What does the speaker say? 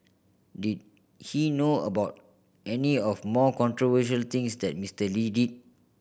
did he know about any of more controversial things that Mister Lee did